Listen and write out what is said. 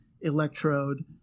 Electrode